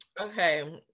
Okay